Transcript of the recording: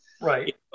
right